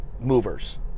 movers